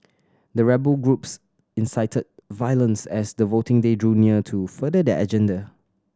the rebel groups incited violence as the voting day drew near to further their agenda